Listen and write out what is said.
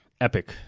epic